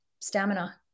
stamina